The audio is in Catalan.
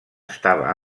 estava